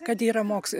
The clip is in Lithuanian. kad yra moks